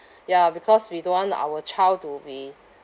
ya because we don't want our child to be